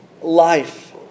life